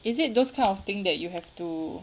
is it those kind of thing that you have to